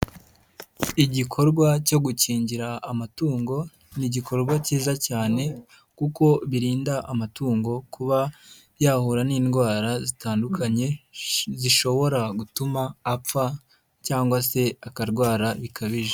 Igikorwa cyo gukingira amatungo, ni igikorwa cyiza cyane kuko birinda amatungo kuba yahura n'indwara zitandukanye, zishobora gutuma apfa cyangwa se akarwara bikabije.